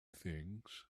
things